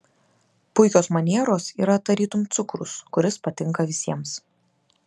puikios manieros yra tarytum cukrus kuris patinka visiems